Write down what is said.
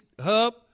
hub